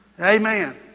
Amen